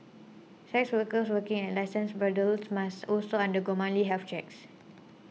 sex workers working at licensed brothels must also undergo monthly health checks